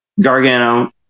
Gargano